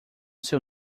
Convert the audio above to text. seu